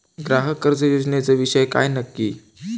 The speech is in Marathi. ग्राहक कर्ज योजनेचो विषय काय नक्की?